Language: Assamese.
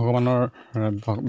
ভগৱানৰ